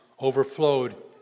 overflowed